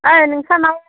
ओय नोंस्रानाव